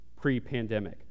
pre-pandemic